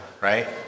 right